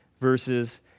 verses